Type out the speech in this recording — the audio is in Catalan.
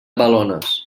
balones